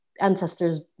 ancestors